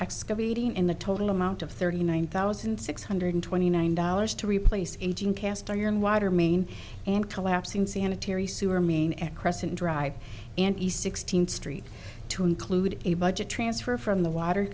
excavating in the total amount of thirty one thousand six hundred twenty nine dollars to replace aging cast iron water main and collapsing sanitary sewer mean at crescent drive and a sixteenth street to include a budget transfer from the water